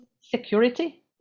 security